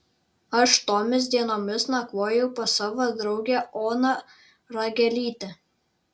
aš tomis dienomis nakvojau pas savo draugę oną ragelytę